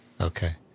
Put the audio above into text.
Okay